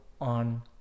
on